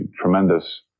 tremendous